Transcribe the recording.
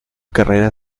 carrera